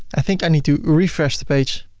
i think i need to refresh the page